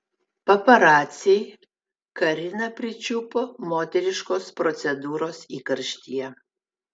paparaciai kariną pričiupo moteriškos procedūros įkarštyje